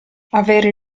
avere